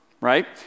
Right